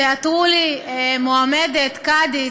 תאתרו לי מועמדת קאדית,